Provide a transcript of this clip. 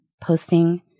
posting